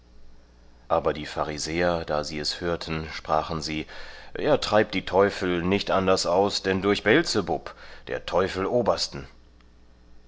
aber die pharisäer da sie es hörten sprachen sie er treibt die teufel nicht anders aus denn durch beelzebub der teufel obersten